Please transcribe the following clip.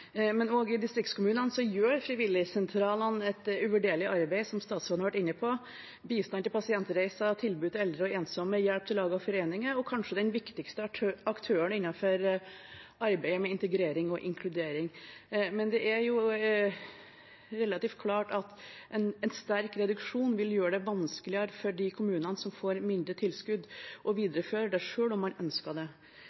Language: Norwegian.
Men også i distriktskommunene gjør frivilligsentralene et uvurderlig arbeid, som statsråden har vært inne på, som bistand til pasientreiser, tilbud til eldre og ensomme og hjelp til lag og foreninger, og er kanskje den viktigste aktøren innenfor arbeid med integrering og inkludering. Det er relativt klart at en sterk reduksjon vil gjøre det vanskeligere for de kommunene som får mindre tilskudd, å